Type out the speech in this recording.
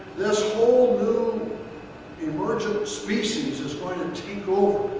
this whole new emergent species is going to take over.